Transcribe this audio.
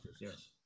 yes